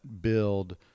build